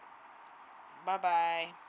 bye bye